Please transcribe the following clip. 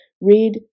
read